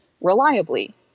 reliably